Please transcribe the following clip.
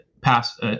pass